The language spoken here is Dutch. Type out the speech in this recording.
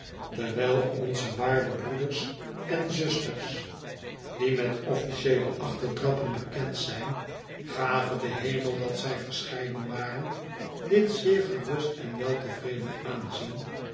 terwijl onze waarde broeders en zusters die met offlcieele achtertrappen bekend zijn gave de hemel dat zij verscheiden waren dit zeer gerust en weltevreden aanzien